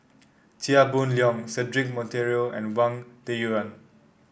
Chia Boon Leong Cedric Monteiro and Wang Dayuan